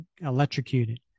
electrocuted